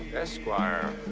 esquire.